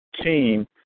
team